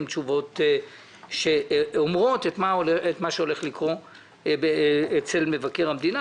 הן תשובות שאומרות את מה שהולך לקרות אצל מבקר המדינה,